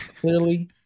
clearly